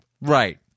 Right